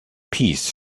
peace